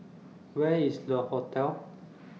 Where IS Le Hotel